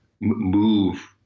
move